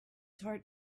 heart